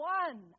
one